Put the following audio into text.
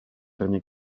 derniers